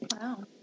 Wow